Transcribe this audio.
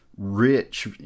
rich